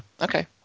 Okay